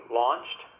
launched